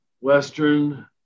Western